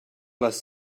les